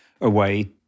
away